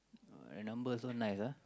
number so nice ah